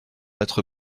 être